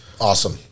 Awesome